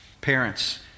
Parents